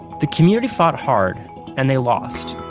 the community fought hard and they lost.